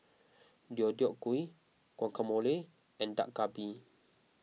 Deodeok Gui Guacamole and Dak Galbi